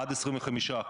עד 25%,